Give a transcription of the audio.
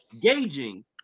gauging